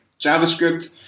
JavaScript